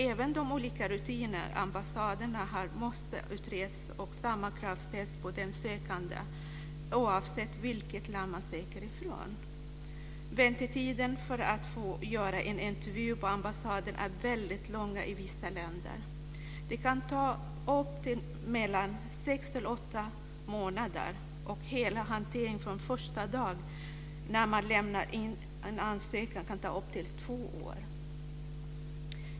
Även de olika rutiner som ambassaderna har måste utredas och samma krav ställas på den sökande oavsett vilket land man söker ifrån. Väntetiderna för att få göra en intervju på ambassaden är väldigt långa i vissa länder. Det kan ta upp till mellan sex och åtta månader, och hela hanteringen från den dag man lämnar in en ansökan kan ta upp till två år.